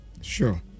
Sure